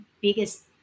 biggest